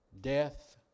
Death